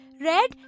red